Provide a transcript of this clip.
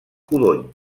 codony